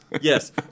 Yes